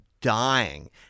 dying